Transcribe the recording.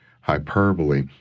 hyperbole